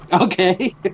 Okay